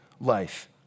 life